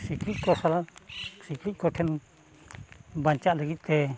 ᱥᱤᱠᱲᱤᱡ ᱠᱚ ᱥᱟᱞᱟᱜ ᱥᱤᱠᱲᱤᱡ ᱠᱚ ᱴᱷᱮᱱ ᱵᱟᱧᱪᱟᱣ ᱞᱟᱹᱜᱤᱫᱛᱮ